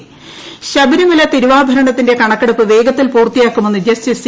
ശബരിമല ശബരിമല തിരുവാഭരണത്തിന്റെ കണക്കെടുപ്പ് വേഗത്തിൽ പൂർത്തിയാക്കുമെന്ന് ജസ്റ്റിസ് സി